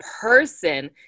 person